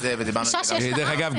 דרך אגב,